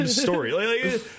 story